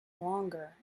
longer